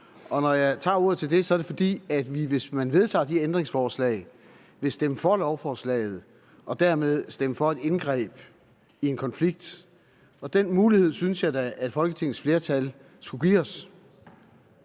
Og når jeg tager ordet for at gøre det, er det, fordi vi, hvis man vedtager de ændringsforslag, vil stemme for lovforslaget og dermed stemme for et indgreb i en konflikt. Den mulighed synes jeg da at Folketingets flertal skulle give os.